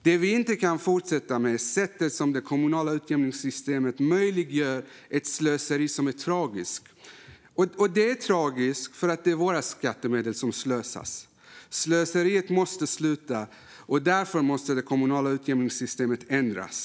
Vi kan inte fortsätta med det sätt på vilket det kommunala utjämningssystemet möjliggör ett slöseri som är tragiskt. Det är tragiskt eftersom det är våra skattemedel som slösas. Slöseriet måste upphöra, och därför måste det kommunala utjämningssystemet ändras.